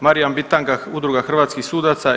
Marijan Bitanga, Udruga hrvatskih sudaca.